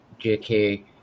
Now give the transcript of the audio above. JK